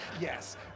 Yes